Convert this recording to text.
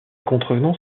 contrevenants